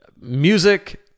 music